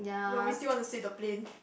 when we still want to sit the plane